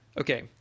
Okay